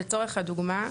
לצורך הדוגמה,